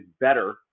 better